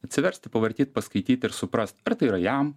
atsiversti pavartyt paskaityt ir suprast ar tai yra jam